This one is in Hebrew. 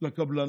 לקבלן,